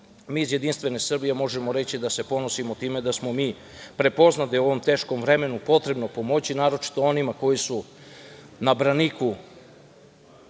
mi iz Jedinstvene Srbije možemo reći da se ponosimo time da smo mi prepoznali da je u ovom teškom vremenu potrebno pomoći, naročito onima koji su na braniku,